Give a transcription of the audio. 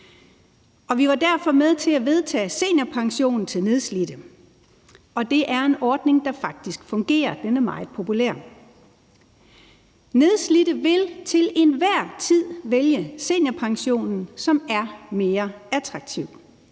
Vi var derfor med til at vedtage seniorpension til nedslidte, og det er en ordning, der faktisk fungerer. Den er meget populær. Nedslidte vil til enhver tid vælge seniorpensionen, som er mere attraktiv.